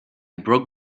broke